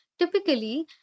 Typically